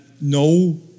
no